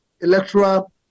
electoral